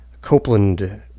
Copeland